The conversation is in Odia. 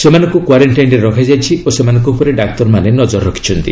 ସେମାନଙ୍କୁ କ୍ୱାରେଷ୍ଟାଇନ୍ରେ ରଖାଯାଇଛି ଓ ସେମାନଙ୍କ ଉପରେ ଡାକ୍ତରମାନେ ନଜର ରଖିଛନ୍ତି